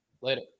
Later